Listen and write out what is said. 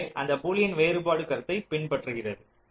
எனவே அந்த பூலியன் வேறுபாடு கருத்தை பின்பற்றுகிறது